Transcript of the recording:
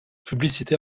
publicité